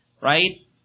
Right